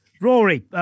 Rory